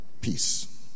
Peace